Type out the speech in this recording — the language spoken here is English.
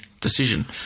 decision